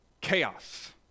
chaos